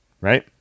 right